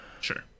Sure